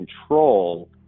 control